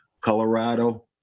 Colorado